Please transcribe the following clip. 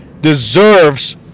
deserves